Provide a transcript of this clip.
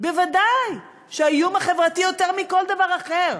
ודאי שהאיום החברתי, יותר מכל דבר אחר.